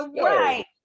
Right